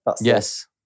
Yes